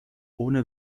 ohne